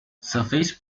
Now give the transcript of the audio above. surface